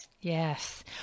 Yes